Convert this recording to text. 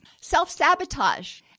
Self-sabotage